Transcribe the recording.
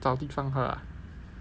找地方喝啊